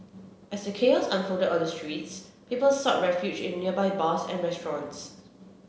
as the chaos unfolded on the streets people sought refuge in nearby bars and restaurants